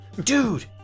dude